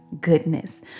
goodness